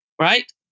right